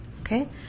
Okay